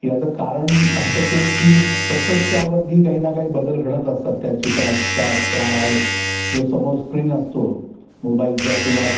याचं कारण असतं तेच की सतत त्यावरती काही ना काही बदल घडत असतात त्या चित्रात त्या त्या जो समोर स्क्रीन असतो मोबाईलचा किंवा